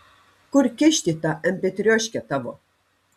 kur kišti tą empėtrioškę tavo